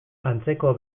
antzeko